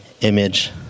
image